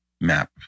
map